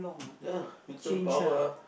ya mutant power ah